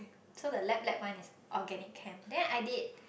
so the lap lap one is organic camp then I did